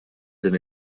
din